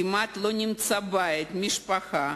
כמעט לא נמצא בית, משפחה,